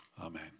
Amen